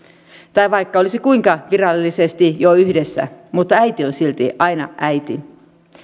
tai vaikka olisi kuinka virallisesti jo yhdessä äiti on silti aina äiti